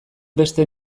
beste